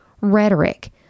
rhetoric